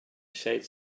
shades